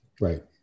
right